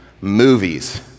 movies